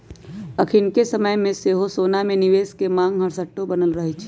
अखनिके समय में सेहो सोना में निवेश के मांग हरसठ्ठो बनल रहै छइ